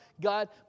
God